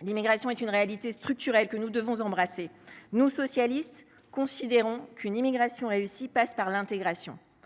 l’immigration et une réalité structurelle que nous devons embrasser. Nous, socialistes, considérons qu’une immigration réussie passe par l’intégration.